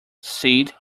seed